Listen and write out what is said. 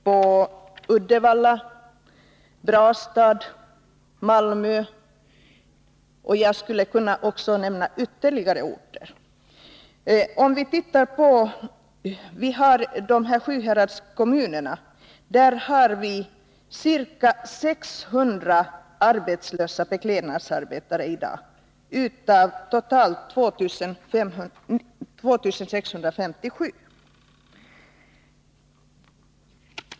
på Uddevalla, Brastad och Malmö-— och jag skulle kunna nämna ytterligare orter. I Sjuhäradskommunerna finns ca 600 arbetslösa beklädnadsarbetare i dag — av totalt 2 657.